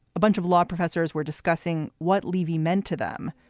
a bunch of law professors were discussing what leavey meant to them.